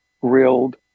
grilled